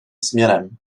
směrem